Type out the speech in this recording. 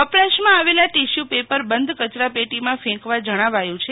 વપરાશમાં આવેલા tissue paper બંધ કચરાપેટીમાં ફેંકવા જણાવાયું છે